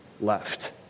left